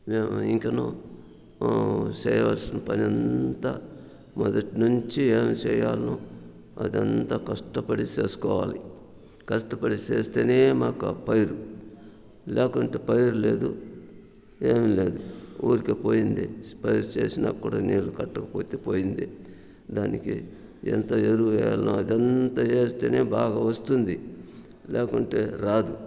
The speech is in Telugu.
మేము ఇంకను చేయవలసిన పని అంతా మొదటినుంచి ఏం చేయాలనో అది అంతా కష్టపడి చేసుకోవాలి కష్టపడి చేస్తేనే మాకు ఆ పైరు లేకుంటే పైరు లేదు ఏమీ లేదు ఊరికే పోయింది పైరు చేసినా కూడా నీరు కట్టకపోతే పోయింది దానికి ఎంత ఎరువు వేయాలోనో అది ఎంత వేస్తేనే బాగా వస్తుంది లేకుంటే రాదు